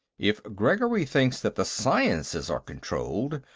if gregory thinks that the sciences are controlled,